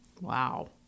Wow